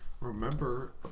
remember